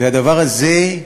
והדבר הזה,